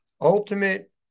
Ultimate